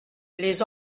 les